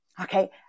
Okay